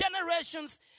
generations